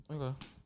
Okay